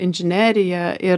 inžinerija ir